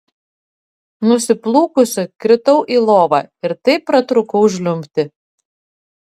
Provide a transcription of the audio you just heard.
nusiplūkusi kritau į lovą ir taip pratrūkau žliumbti